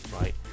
right